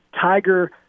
tiger